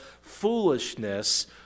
foolishness